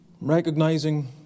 recognizing